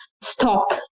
stop